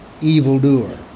evildoer